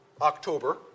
October